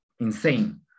insane